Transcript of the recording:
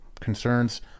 concerns